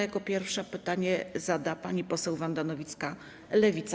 Jako pierwsza pytanie zada pani poseł Wanda Nowicka, Lewica.